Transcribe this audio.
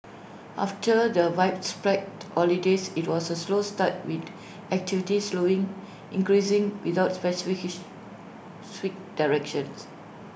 after the widespread holidays IT was A slow start with activity slowly increasing without directions